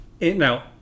now